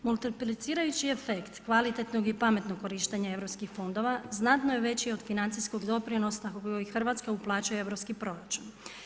Multiplicirajući efekt, kvalitetnog i pametnog korištenja europskih fondova znatno je veći od financijskog doprinosa … Hrvatska uplaćuje u europski proračun.